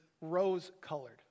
rose-colored